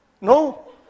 No